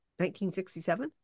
1967